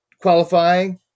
qualifying